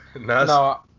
no